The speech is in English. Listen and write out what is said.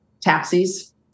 taxis